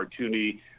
cartoony